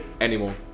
anymore